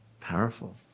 Powerful